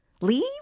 leave